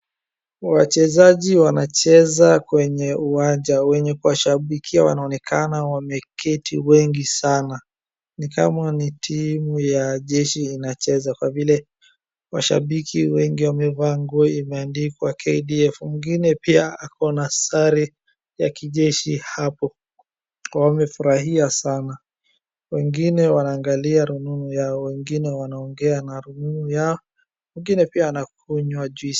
Wachezaji wanacheza kwenye uwanja, wenye kuwashabikia wanaonekana wameketi wengi sana, ni kama ni timu ya jeshi inacheza kwa vile washabiki wengi wamevaa nguo imeandikwa KDF . Wengine pia ako na sare ya kijeshi hapo, wamefurahia sana, wengine wanaangalia rununu yao, wengine wanaongea na rununu yao, wengine pia wanakunywa juisi.